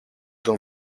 τον